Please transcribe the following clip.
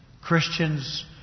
Christians